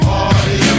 Party